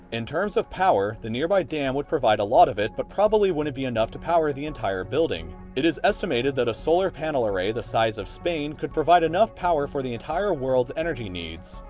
in terms of power, the nearby dam would provide a lot of it, but probably wouldn't be enough to power the entire building. it is estimated that a solar panel array the size of spain could provide enough power for the entire world's energy needs.